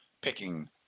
Picking